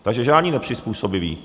Takže žádní nepřizpůsobiví.